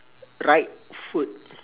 right foot